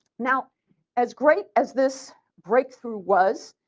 now as great as this breakthrough was,